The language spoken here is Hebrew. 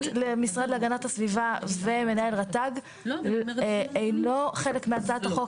למשרד להגנת הסביבה ומנהל רת"ג אינו חלק מהצעת החוק,